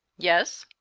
yes.